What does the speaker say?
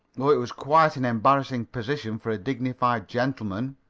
though it was quite an embarrassing position for a dignified gentleman.